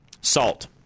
salt